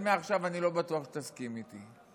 מעכשיו אני לא בטוח שתסכים איתי,